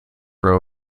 row